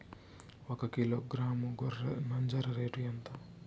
ఒకకిలో గ్రాము గొర్రె నంజర రేటు ఎంత?